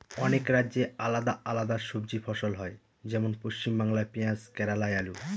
অনেক রাজ্যে আলাদা আলাদা সবজি ফসল হয়, যেমন পশ্চিমবাংলায় পেঁয়াজ কেরালায় আলু